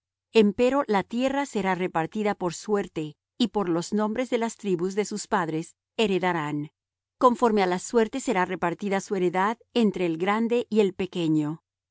contados empero la tierra será repartida por suerte y por los nombres de las tribus de sus padres heredarán conforme á la suerte será repartida su heredad entre el grande y el pequeño